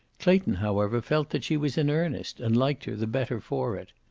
clayton, however, felt that she was in earnest and liked her the better for it.